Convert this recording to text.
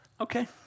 Okay